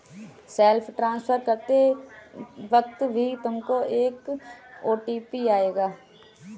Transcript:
self transfer करते वक्त भी तुमको एक ओ.टी.पी आएगा